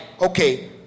okay